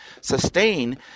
sustain